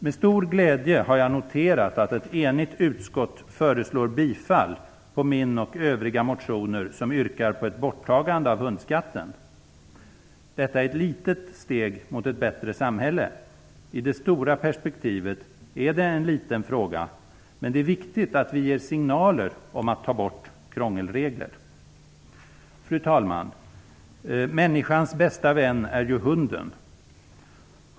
Med stor glädje har jag noterat att ett enigt utskott föreslår bifall till min och övriga motioner där man yrkar på ett borttagande av hundskatten. Detta är ett litet steg mot ett bättre samhälle. I det stora perspektivet är det en liten fråga, men det är viktigt att vi ger signaler om att ta bort krångelregler. Fru talman! Människans bästa vän är ju hunden.